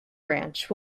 branch